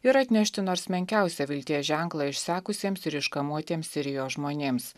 ir atnešti nors menkiausią vilties ženklą išsekusiems ir iškamuotiems sirijos žmonėms